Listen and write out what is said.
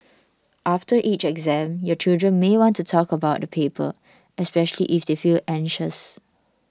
after each exam your children may want to talk about the paper especially if they feel anxious